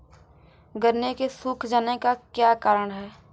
गन्ने के सूख जाने का क्या कारण है?